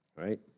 right